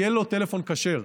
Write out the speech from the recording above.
יהיה לו טלפון כשר.